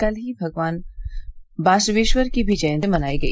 कल ही भगवान बासवेश्वर की भी जयंती मनाई गई